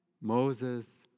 Moses